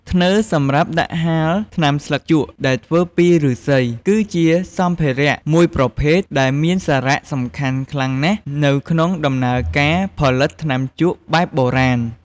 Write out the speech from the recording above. ធ្នើរសម្រាប់ដាក់ហាលថ្នាំស្លឹកជក់ដែលធ្វើពីឬស្សី គឺជាសម្ភារៈមួយប្រភេទដែលមានសារៈសំខាន់ខ្លាំងណាស់នៅក្នុងដំណើរការផលិតថ្នាំជក់បែបបុរាណ។